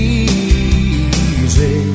easy